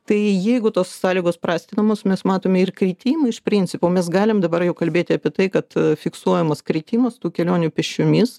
tai jeigu tos sąlygos prastinamos mes matome ir kritimų iš principo mes galim dabar jau kalbėti apie tai kad fiksuojamas kritimas tų kelionių pėsčiomis